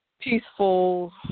peaceful